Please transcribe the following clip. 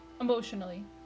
emotionally